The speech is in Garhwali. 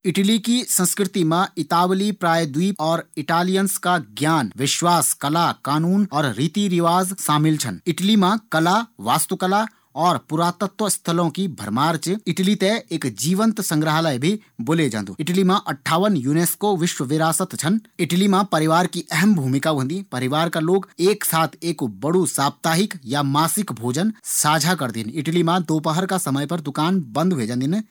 इटली की संस्कृति मा इतावली प्रायःद्वीप और इटालियन्स का ज्ञान, विश्वास, कला, कानून और रीतिरिवाज शामिल छन। इटली मा कला, वस्तुकला और पुरातत्व स्थलों की भरमार च। इटली थें एक जीवन्त संग्रहालय भी बोले जांदू। इटली मा अट्ठावन युनेस्को विश्व विरासत छन। इटली मा परिवार की अहम भूमिका होंदी। परिवार का लोग एक साथ एक बड़ू साप्ताहिक या मासिक भोजन साझा करदिन। इटली मा दोपहर का समय दुकान बंद ह्वे जांदिन।